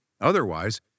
otherwise